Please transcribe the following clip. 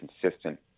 consistent